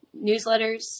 newsletters